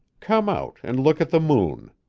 come out and look at the moon.